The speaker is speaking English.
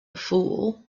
fool